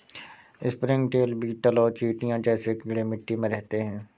springtail, beetle और चींटियां जैसे कीड़े मिट्टी में रहते हैं